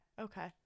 okay